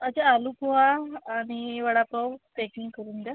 अच्छा आलू पोहा आणि वडापाव पॅकिंग करून द्या